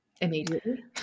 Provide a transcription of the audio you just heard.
immediately